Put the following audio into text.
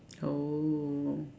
oh